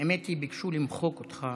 האמת היא שביקשו למחוק אותך